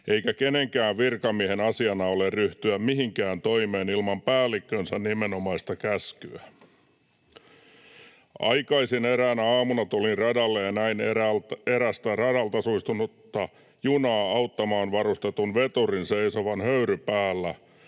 eikä kenenkään virkamiehen asiana ole ryhtyä mihinkään toimeen ilman päällikkönsä nimenomaista käskyä. Aikaisin eräänä aamuna tulin radalle ja näin erästä radalta suistunutta junaa auttamaan varustetun veturin seisovan höyry päällä,